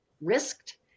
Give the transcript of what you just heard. risked